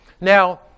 Now